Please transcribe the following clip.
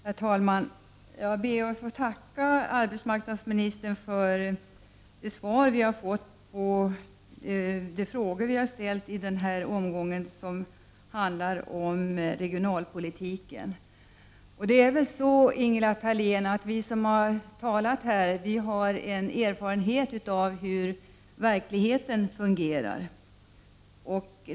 Herr talman! Jag ber att få tacka arbetsmarknadsministern för de svar vi har fått på de frågor vi har ställt i den här omgången, som handlar om regionalpolitiken. Vi som har talat här har erfarenhet av hur verkligheten ser ut.